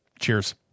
Cheers